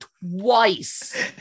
twice